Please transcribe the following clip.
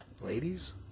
Ladies